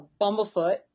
Bumblefoot